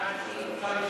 הודעה אישית.